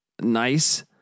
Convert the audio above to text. nice